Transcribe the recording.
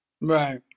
Right